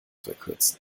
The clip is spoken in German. verkürzen